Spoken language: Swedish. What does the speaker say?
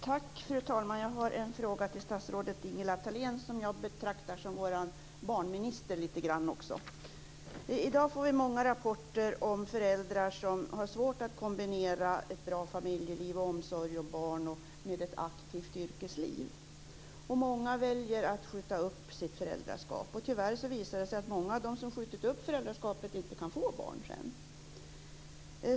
Fru talman! Jag har en fråga till statsrådet Ingela Thalén, som jag betraktar lite grann som vår barnminister. I dag får vi många rapporter om föräldrar som har svårt att kombinera ett bra familjeliv och omsorg om barn med ett aktivt yrkesliv. Många väljer att skjuta upp sitt föräldraskap. Tyvärr visar det sig att många av dem som skjutit upp föräldraskapet sedan inte kan få barn.